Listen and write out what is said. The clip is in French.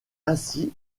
ainsi